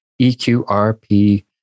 eqrp